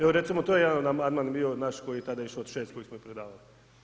Evo, recimo to je jedan amandman bio naš koji je tada išao od 6 koliko smo ih predavali.